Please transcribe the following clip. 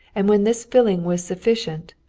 and, when this filling was sufficient,